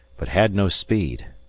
but had no speed,